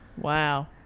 Wow